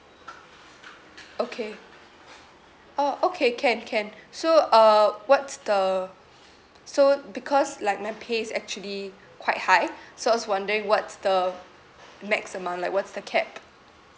okay orh okay can can so uh what's the so because like my pay is actually quite high so I was wondering what's the maximum like what's the cap